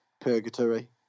purgatory